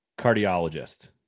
cardiologist